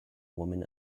woman